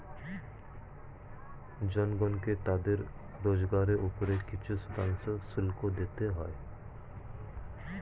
জনগণকে তাদের রোজগারের উপর কিছু শতাংশ শুল্ক দিতে হয়